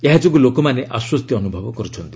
ଏହାଯୋଗୁଁ ଲୋକମାନେ ଆଶ୍ୱସ୍ତି ଅନୁଭବ କରୁଛନ୍ତି